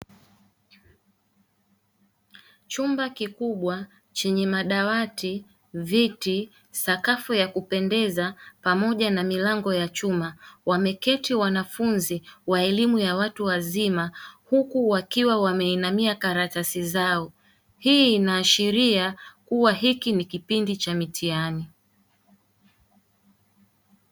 Chumba kikubwa chenye madawati, viti, sakafu ya kupendeza, pamoja na milango ya chuma; wameketi wanafunzi wa elimu ya watu wazima huku wakiwa wameinamia karatasi zao, hii inaashiria kuwa hiki ni kipindi cha mitihani.